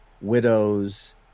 widows